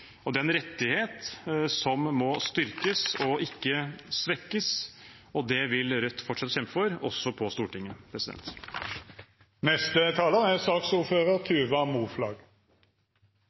Det er en rettighet som må styrkes, ikke svekkes, og det vil Rødt fortsette å kjempe for, også på Stortinget.